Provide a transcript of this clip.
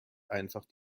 einfach